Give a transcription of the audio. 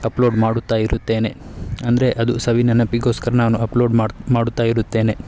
upload ಮಾಡುತ್ತಾ ಇರುತ್ತೇನೆ ಅಂದರೆ ಅದು ಸವಿನೆನಪಿಗೋಸ್ಕರ ನಾನು ಅಪ್ಲೋಡ್ ಮಾಡು ಮಾಡುತ್ತಾ ಇರುತ್ತೇನೆ